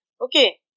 okay